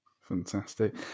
Fantastic